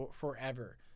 forever